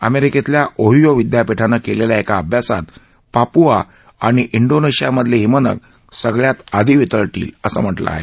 अमेरिकेतल्या ओहियो विद्यापिठानं केलेल्या एका अभ्यासात पापूआ आणि इंडोनेशियामधले हिमनग सगळ्यात आधी वितळतील असंही म्ह लं आहे